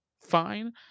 fine